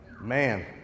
man